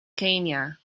kenya